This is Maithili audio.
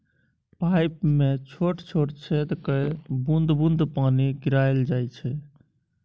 पाइप मे छोट छोट छेद कए बुंद बुंद पानि गिराएल जाइ छै